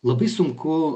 labai sunku